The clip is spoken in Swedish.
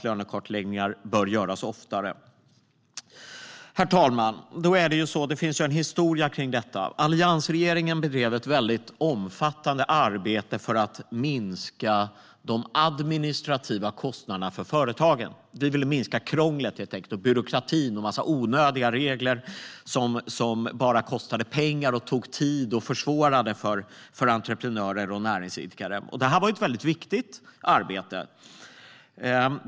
Herr talman! Det finns en historia när det gäller detta. Alliansregeringen bedrev ett omfattande arbete för att minska de administrativa kostnaderna för företagen. Vi ville helt enkelt minska krånglet, byråkratin och ta bort en massa onödiga regler som bara kostade pengar, tog tid och försvårade för entreprenörer och näringsidkare. Det var ett viktigt arbete.